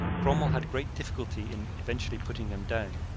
cromwell had great difficulty in eventually putting them down,